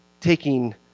taking